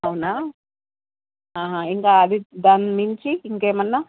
అవునా ఇంకా అది దాని మించి ఇంకా ఏమన్న